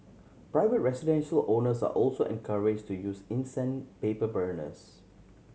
private residential owners are also encourage to use incense paper burners